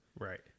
right